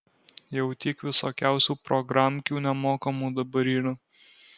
jau tiek visokiausių programkių nemokamų dabar yra